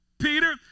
Peter